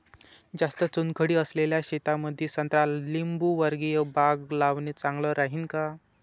जास्त चुनखडी असलेल्या शेतामंदी संत्रा लिंबूवर्गीय बाग लावणे चांगलं राहिन का?